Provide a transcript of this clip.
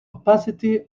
opacity